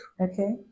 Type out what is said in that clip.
Okay